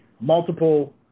multiple